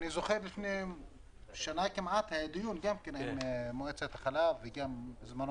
אני זוכר שלפני שנה היה דיון עם מועצת החלב ובזמנו גם